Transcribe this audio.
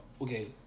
Okay